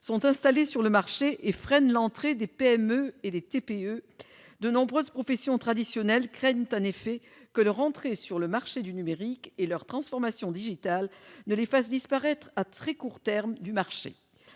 -sont installés sur le marché et freinent l'entrée des PME et des TPE. De nombreuses professions traditionnelles craignent en effet que leur entrée sur le marché du numérique et leur transformation digitale ne les fassent disparaître à très court terme du marché.